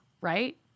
right